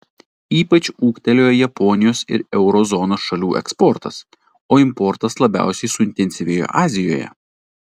ypač ūgtelėjo japonijos ir euro zonos šalių eksportas o importas labiausiai suintensyvėjo azijoje